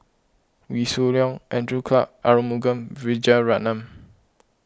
Wee Shoo Leong Andrew Clarke Arumugam Vijiaratnam